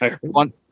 one